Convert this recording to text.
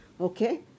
okay